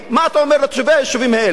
מה אתה אומר לתושבי היישובים האלה?